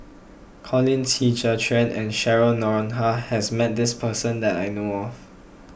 Colin Qi Zhe Quan and Cheryl Noronha has met this person that I know of